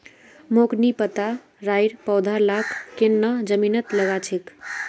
मोक नी पता राइर पौधा लाक केन न जमीनत लगा छेक